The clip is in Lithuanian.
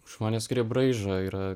žmonės kurie braižo yra